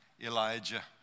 Elijah